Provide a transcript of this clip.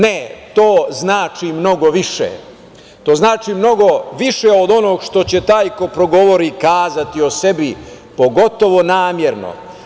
Ne, to znači mnogo više, to znači mnogo više od onoga što će taj koji progovori kazati o sebi, pogotovo namerno.